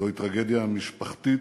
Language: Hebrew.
זו טרגדיה משפחתית,